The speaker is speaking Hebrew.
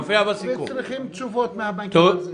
לכן, אנחנו צריכים תשובות מהבנקים.